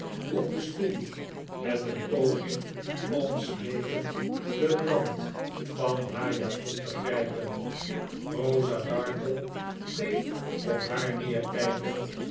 op den stoel met een poging om smeekend den rand van haar japon te grijpen rosa dartle bleef op haar